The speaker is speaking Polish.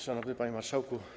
Szanowny Panie Marszałku!